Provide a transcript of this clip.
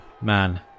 Man